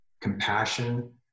compassion